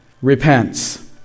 repents